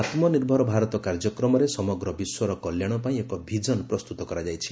ଆତ୍ନିର୍ଭର ଭାରତ କାର୍ଯ୍ୟକ୍ରମରେ ସମଗ୍ର ବିଶ୍ୱର କଲ୍ୟାଣ ପାଇଁ ଏକ ଭିଜନ ପ୍ରସ୍ତୁତ କରାଯାଇଛି